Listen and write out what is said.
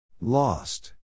Lost